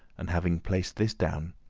and having placed this down,